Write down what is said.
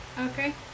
Okay